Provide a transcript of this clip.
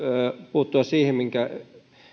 puuttua siihen minkä